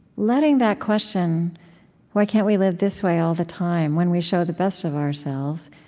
letting that question why can't we live this way all the time? when we show the best of ourselves,